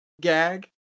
gag